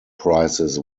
prices